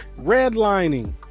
redlining